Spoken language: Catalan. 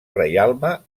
reialme